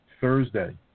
Thursday